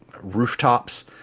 rooftops